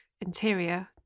Interior